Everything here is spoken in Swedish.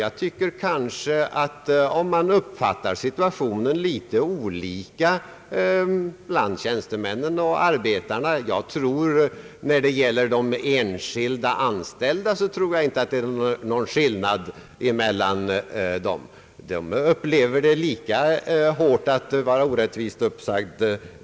Jag tror inte att det är någon skillnad i uppfattningen bland de enskilda anställda på tjänstemannaoch arbetarsi dan — vilken grupp de anställda än tillhör, upplever de det lika hårt att vara orättvist uppsagd.